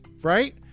right